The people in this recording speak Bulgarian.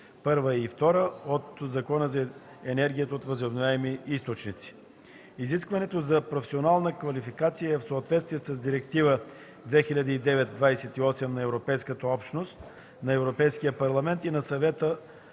т. 1 и 2 от Закона за енергията от възобновяеми източници. Изискването за професионална квалификация е в съответствие с Директива 2009/28/ЕО на Европейския парламент и на Съвета